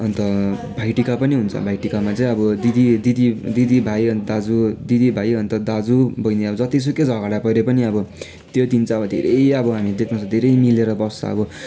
अन्त भाइटिका पनि हुन्छ भाइटिकामा चाहिँ अब दिदी दिदी दिदी भाइ अनि दाजु दिदी भाइ अन्त दाजु बहिनी अब जतिसुकै झगडा परे पनि अब त्यो दिन चाहिँ अब धेरै अब हामी देख्न धेरै मिलेर बस्छ अब